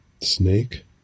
snake